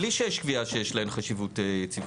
בלי שיש קביעה שיש להן חשיבות יציבותי.